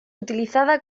utilizada